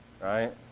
right